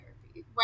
therapy